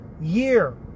year